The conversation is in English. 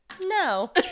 No